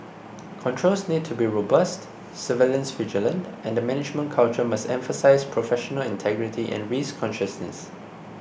controls need to be robust surveillance vigilant and the management culture must emphasise professional integrity and risk consciousness